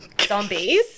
zombies